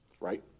Right